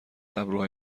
ابروهای